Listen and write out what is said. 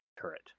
turret